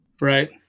right